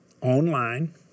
online